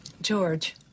George